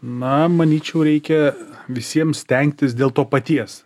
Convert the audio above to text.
na manyčiau reikia visiems stengtis dėl to paties